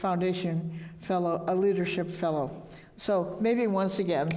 foundation fellow leadership fellow so maybe once again